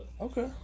Okay